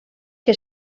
que